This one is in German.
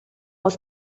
aus